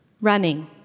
running